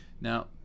Now